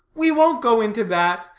we won't go into that.